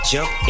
Jump